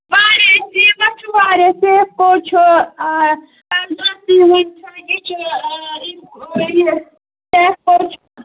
واریاہ سیٖمَٹھ چھُ واریاہ سیفکو چھُ